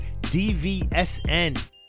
DVSN